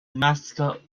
mascot